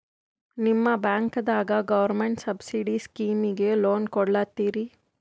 ನಿಮ ಬ್ಯಾಂಕದಾಗ government subsidy ಸ್ಕೀಮಿಗಿ ಲೊನ ಕೊಡ್ಲತ್ತೀರಿ?